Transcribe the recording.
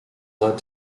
led